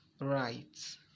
right